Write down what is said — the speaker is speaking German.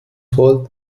volt